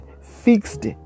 fixed